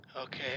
Okay